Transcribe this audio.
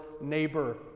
neighbor